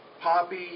Poppy